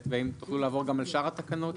ותוכלו לעבור גם על שאר התקנות?